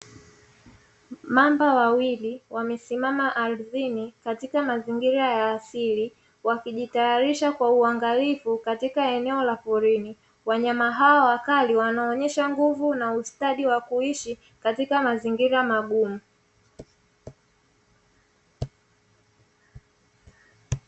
Mamba mawili wamesimama ardhi katika mazingira ya asili wakijitaharisha kwa uangalifu katika la porini, wanyama hao wakali wanaonyesha nguvu na ustadi wa kuishi katika mazingira magumu.